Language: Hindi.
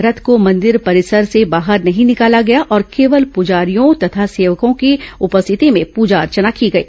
रथ को मंदिर परिसर से बाहर नहीं निकाला गया और केवल पूजारियों तथा सेवकों की उपस्थिति में पूजा अर्चना की गई